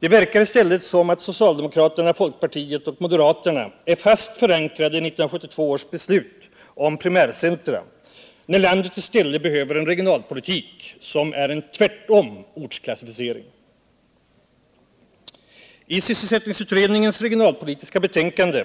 Det verkar som om socialdemokraterna, folkpartiet och moderaterna är fast förankrade i 1972 års beslut om primärcentra, när landet i stället behöver en regionalpolitik som är en ”tvärtom-ortsklassificering”. I sysselsättningsutredningens regionalpolitiska betänkande